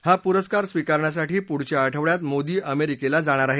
हा पुरस्कार स्विकारण्यासाठी पुढच्या आठवडयात मोदी अमेरिकेला जाणार आहेत